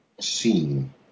scene